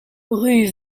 rue